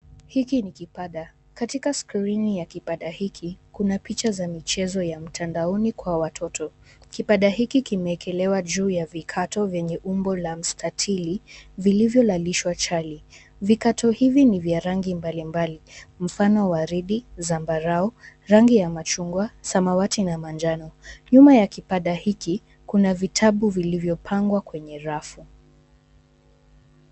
Hiki ni kipada katika skrini ya kipada hiki kuna picha ya michezo ya mtandaoni kwa watoto. Kipada hiki kimewekelewa juu ya vikato vyenye umbo la mstatili vilivyo lalishwa chali. Vikato hivi ni vya rangi mbalimbali mfano ni waridi, zambarau, rangi ya machungwa, samawati na manjano. Nyuma ya kipada hiki, kuna vitabu vilivyopangwa kwenye rafu.